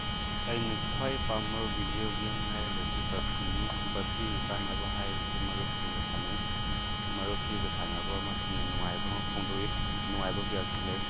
ꯑꯩꯅ ꯈ꯭ꯋꯥꯏ ꯄꯥꯝꯕ ꯕꯤꯗꯤꯑꯣ ꯒꯦꯝ ꯍꯥꯏꯔꯒꯗꯤ ꯄꯞꯖꯤꯅꯤ ꯄꯞꯖꯤꯒꯤ ꯀꯥꯟꯅꯕ ꯍꯥꯏꯕꯁꯤ ꯃꯔꯨꯞꯁꯤꯡꯒ ꯁꯥꯟꯅꯩ ꯃꯔꯨꯞꯁꯤꯡꯒ ꯁꯥꯟꯅꯕꯁꯤꯅ ꯅꯨꯡꯉꯥꯏꯕ ꯑꯃ ꯐꯣꯡꯗꯣꯛꯏ ꯅꯨꯡꯉꯥꯏꯒ ꯀꯌꯥꯁꯨ ꯂꯩ